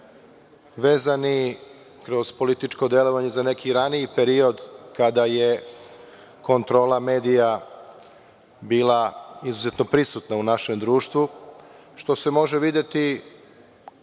vezani kroz političko delovanje za neki raniji period kada je kontrola medija bila izuzetno prisutna u našem društvu, što se može videti